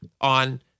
on